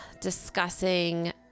discussing